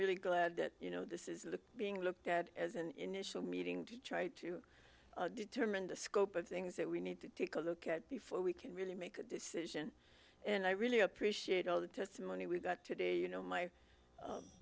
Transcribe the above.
really glad that you know this is being looked at as an initial meeting to try to determine the scope of things that we need to take a look at before we can really make a decision and i really appreciate all the testimony we've got today you know my